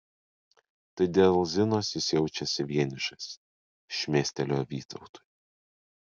tai dėl zinos jis jaučiasi vienišas šmėstelėjo vytautui